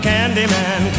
Candyman